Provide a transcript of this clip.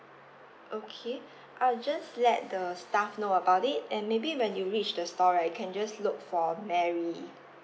okay I'll just let the staff know about it and maybe when you reach the store right you can just look for mary